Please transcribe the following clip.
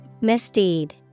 Misdeed